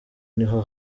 niho